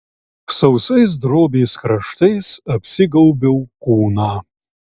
sausais drobės kraštais apsigaubiau kūną